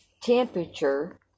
temperature